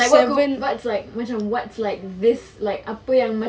like macam what's like apa yang macam